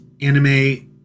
anime